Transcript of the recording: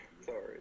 Sorry